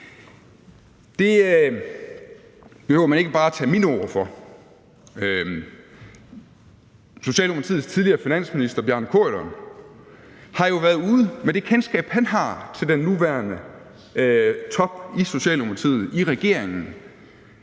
Det behøver man ikke bare at tage mine ord for. Socialdemokratiets tidligere finansminister Bjarne Corydon har jo med det kendskab, han har til den nuværende top i Socialdemokratiet, i regeringen,